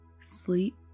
Sleep